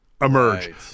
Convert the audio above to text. emerge